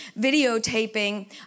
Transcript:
videotaping